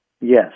Yes